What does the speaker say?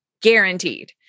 Guaranteed